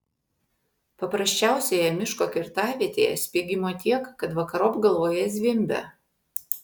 paprasčiausioje miško kirtavietėje spiegimo tiek kad vakarop galvoje zvimbia